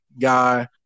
guy